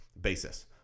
basis